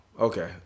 okay